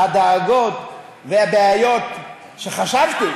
הדאגות והבעיות שחשבתי,